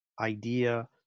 idea